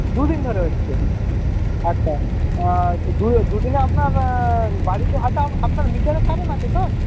দুদিন ধরে হচ্ছে আচ্ছা দু দুদিনে আপনার বাড়িতে আচ্ছা আপনার মিটারে কারেন্ট আছে তো